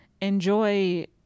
enjoy